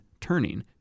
Turning